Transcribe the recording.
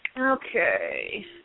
Okay